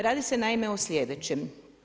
Radi se naime o sljedećem.